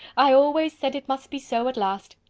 i always said it must be so, at last.